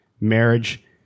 marriage